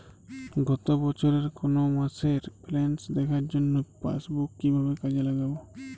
গত বছরের কোনো মাসের ব্যালেন্স দেখার জন্য পাসবুক কীভাবে কাজে লাগাব?